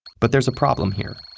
but there's a problem here.